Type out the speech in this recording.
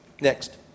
Next